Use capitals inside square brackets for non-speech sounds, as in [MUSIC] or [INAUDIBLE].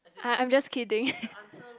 I'm I'm just kidding [LAUGHS]